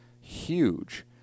huge